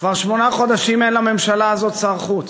כבר שמונה חודשים אין לממשלה הזאת שר חוץ.